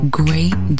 great